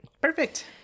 Perfect